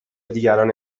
دیگران